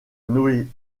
noétie